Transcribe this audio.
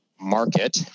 market